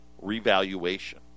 revaluation